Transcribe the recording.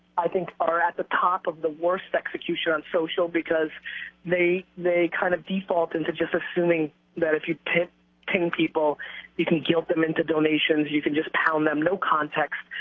i think, are at the top of the worst execution on social because they they kind of default into just assuming that if you pick ten people you can guilt them into donations, you can just pound them no context,